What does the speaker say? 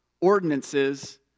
ordinances